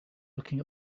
looking